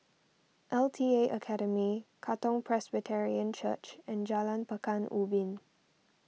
L T A Academy Katong Presbyterian Church and Jalan Pekan Ubin